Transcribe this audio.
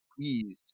Please